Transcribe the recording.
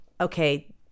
okay